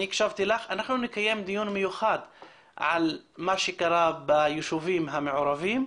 אנחנו נקיים דיון מיוחד על מה שקרה ביישובים המעורבים,